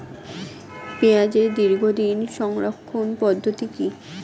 পেঁয়াজের দীর্ঘদিন সংরক্ষণ পদ্ধতি কি?